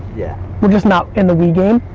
yeah we're just not in the we game.